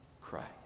Christ